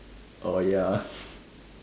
oh ya